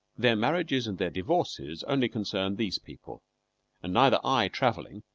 their marriages and their divorces only concern these people and neither i travelling,